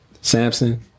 Samson